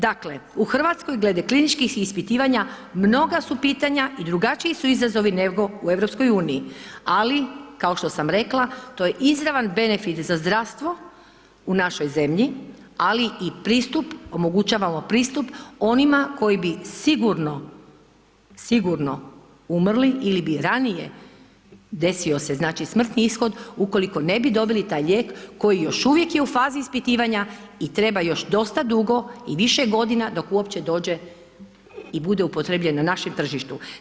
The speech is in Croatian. Dakle, u Hrvatskoj glede kliničkih ispitivanja mnoga su pitanja i drugačiji su izazovi nego u EU ali kao što sam rekla, to je izravan benefit za zdravstvo u našoj zemlji, ali i pristup omogućavamo pristup onima koji bi sigurno umrli ili bi ranije desio se, znači smrtni ishod ukoliko ne bi dobili taj lijek koji još uvijek je u fazi ispitivanja i treba još dosta dugo i više godina dok uopće dođe i bude upotrijebljen na našem tržištu.